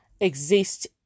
exist